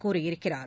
கூறியிருக்கிறார்